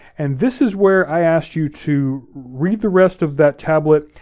and this is where i asked you to read the rest of that tablet,